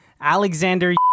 Alexander